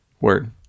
Word